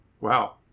Wow